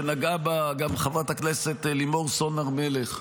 שנגעה בה גם חברת הכנסת לימור סון הר מלך.